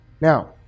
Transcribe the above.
Now